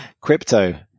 Crypto